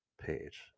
page